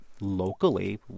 locally